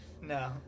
No